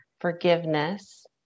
forgiveness